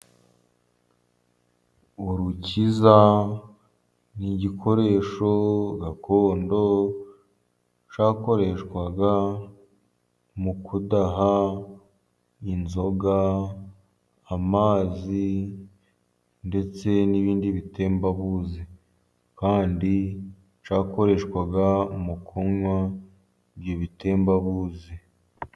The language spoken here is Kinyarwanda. Urukiza ni igikoresho gakondo cyakoreshwaga mu kudaha inzoga, amazi ndetse n'ibindi bitembabuzi. Kandi cyakoreshwaga mu kunywa ibyo ibitembabuzi.